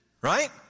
right